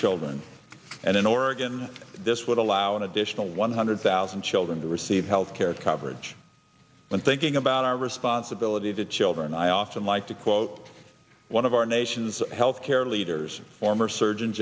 children and in oregon this would allow an additional one hundred thousand children to receive health care coverage when thinking about our responsibility to children i often like to quote one of our nation's health care leaders former surgeon